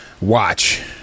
watch